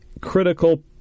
critical